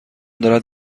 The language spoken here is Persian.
دارد